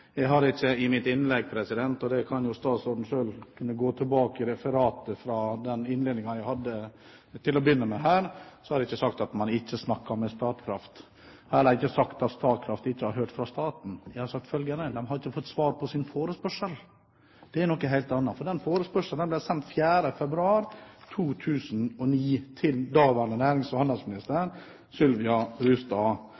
Jeg sa ikke i mitt innlegg – det kan statsråden selv gå tilbake og sjekke i referatet fra min innledning her – at man ikke snakker med Statkraft, og jeg har heller ikke sagt at Statkraft ikke har hørt fra staten. Jeg sa følgende: De har ikke fått svar på sin forespørsel. Det er noe helt annet. Den forespørselen ble sendt 4. februar 2009 til daværende nærings- og